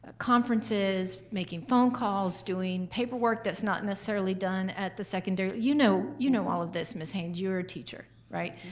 ah conferences, making phone calls, doing paperwork that's not necessarily done at the secondary. you know you know all of this, miss haynes. you're a teacher, right?